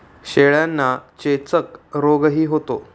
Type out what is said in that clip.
शेळ्यांना चेचक रोगही होतो